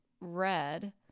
red